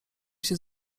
się